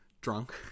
drunk